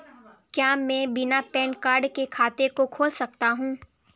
क्या मैं बिना पैन कार्ड के खाते को खोल सकता हूँ?